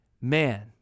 man